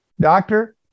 Doctor